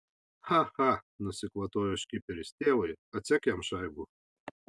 cha cha nusikvatojo škiperis tėvai atsek jam šaibų